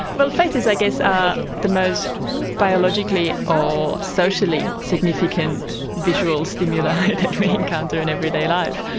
well faces i guess are the most biologically or socially significant visual stimuli that we encounter in everyday life.